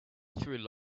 through